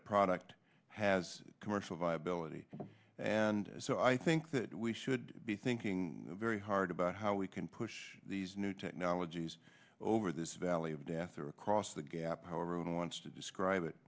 a product has commercial viability and so i think that we should be thinking very hard about how we can push these new technologies over this valley of death or across the gap however one wants to describe it